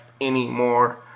anymore